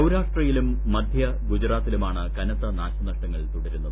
സൌരാഷ്ട്രയിലും മധ്യ ഗുജറാത്തിലുമാണു കനത്ത നാശനഷ്ടങ്ങൾ തുടരുന്നത്